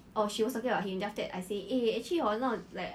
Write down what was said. oh she was talking about him then after that I say eh actually hor not like